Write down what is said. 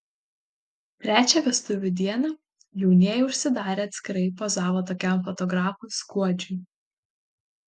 trečią vestuvių dieną jaunieji užsidarę atskirai pozavo tokiam fotografui skuodžiui